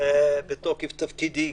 בתוקף תפקידי,